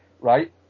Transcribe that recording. right